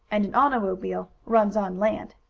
and an automobile runs on land.